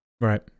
Right